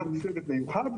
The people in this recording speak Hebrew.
קם צוות מיוחד,